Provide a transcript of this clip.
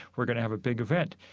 we're going to have a big event.